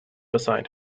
beside